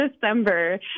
December